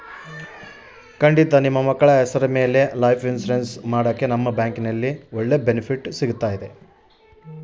ನನ್ನ ಮಕ್ಕಳ ಹೆಸರ ಮ್ಯಾಲೆ ಲೈಫ್ ಇನ್ಸೂರೆನ್ಸ್ ಮಾಡತೇನಿ ನಿಮ್ಮ ಬ್ಯಾಂಕಿನ್ಯಾಗ ಒಳ್ಳೆ ಬೆನಿಫಿಟ್ ಐತಾ?